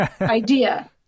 idea